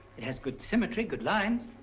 it has good symmetry, good lines.